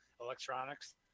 electronics